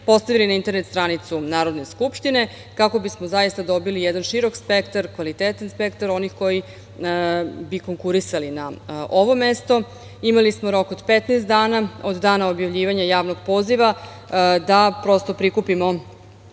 postavili na internet stranicu Narodne skupštine kako bismo zaista dobili jedan širok spektar, kvalitetan spektar onih koji bi konkurisali na ovo mesto. Imali smo rok od 15 dana od dana objavljivanja javnog poziva da prikupimo